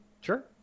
Sure